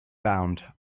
bound